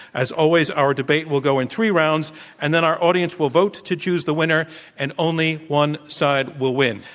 as always, our debate will go in three rounds and then our audience will vote to choose the winner and only one side will win.